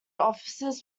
officers